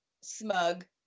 smug